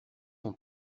sont